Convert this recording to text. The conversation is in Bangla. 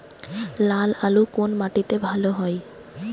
লাল আলু কোন মাটিতে ভালো হয়?